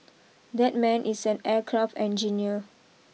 that man is an aircraft engineer